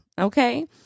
Okay